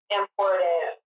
important